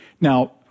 Now